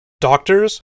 Doctors